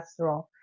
cholesterol